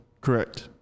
Correct